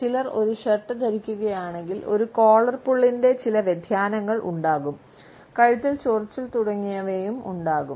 ചിലർ ഒരു ഷർട്ട് ധരിക്കുകയാണെങ്കിൽ ഒരു കോളർ പുളിന്റെ ചില വ്യതിയാനങ്ങൾ ഉണ്ടാകും കഴുത്തിൽ ചൊറിച്ചിൽ തുടങ്ങിയവയും ഉണ്ടാകും